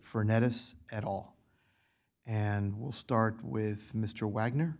for notice at all and we'll start with mr wagner